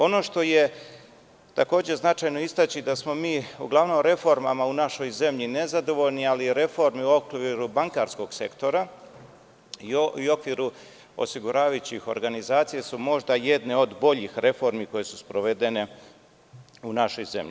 Ono što je takođe značajno istaći, da smo mi uglavnom reformama u našoj zemlji nezadovoljni, ali reformama u okviru bankarskog sektora i u okviru osiguravajućih organizacija su možda jedne od boljih reformi koje su sprovedene u našoj zemlji.